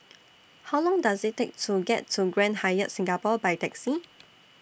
How Long Does IT Take to get to Grand Hyatt Singapore By Taxi